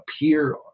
appear